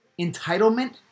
entitlement